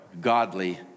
godly